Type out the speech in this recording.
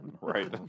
Right